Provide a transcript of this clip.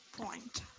Point